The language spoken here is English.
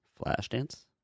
Flashdance